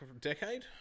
Decade